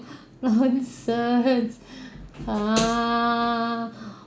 nonsense ha